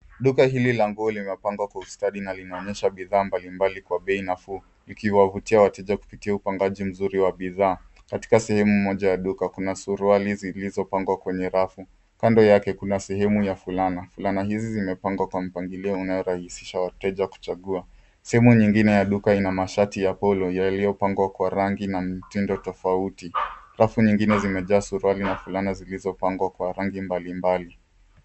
Duka hili la nguo limepangwa kwa ustadi na linaonyesha bidhaa mbalimbali kwa bei nafuu likiwavutia wateja kupitia upangaji mzuri wa bidhaa. Katika sehemu moja ya duka kuna suruali zilizopangwa kwenye rafu. Kando yake kuna sehemu ya fulana. Fulana hizi zimepangwa kwa mpangilio unaorahisisha wateja kuchagua. Sehemu nyingine ya duka ina mashati ya polo yaliyopangwa kwa rangi na mtindo tofauti. Rafu nyingine zimejaa suruali na fulana zilizopangwa kwa rangi mbalimbali.